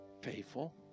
faithful